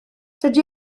dydy